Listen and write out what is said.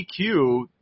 EQ